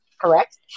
correct